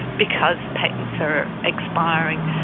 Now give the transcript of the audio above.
because patents are expiring,